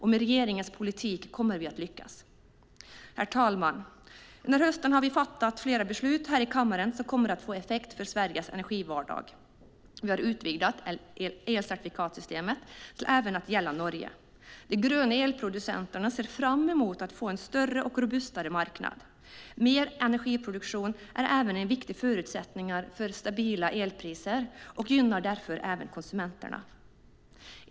Med regeringens politik kommer vi att lyckas. Herr talman! I höst har vi fattat flera beslut i kammaren som kommer att få effekt för Sveriges energivardag. Vi har utvidgat elcertifikatssystemet till att även gälla Norge. De gröna elproducenterna ser fram emot att få en större och robustare marknad. Mer energiproduktion är även en viktig förutsättning för stabila elpriser och gynnar därför även konsumenterna.